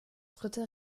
dritte